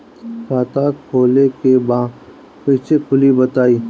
खाता खोले के बा कईसे खुली बताई?